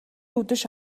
үдэш